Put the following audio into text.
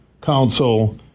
council